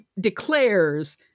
declares